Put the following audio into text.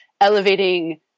elevating